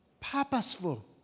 purposeful